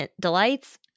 Delights